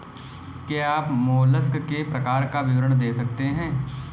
क्या आप मोलस्क के प्रकार का विवरण दे सकते हैं?